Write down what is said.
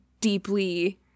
deeply